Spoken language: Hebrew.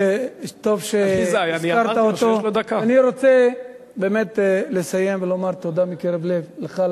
אני רוצה לסיים ולומר תודה מקרב לב לך,